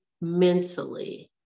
mentally